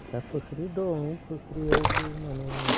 दा फुख्रि दं फुख्रियावबो माने